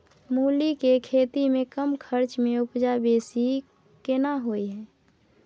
मूली के खेती में कम खर्च में उपजा बेसी केना होय है?